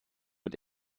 und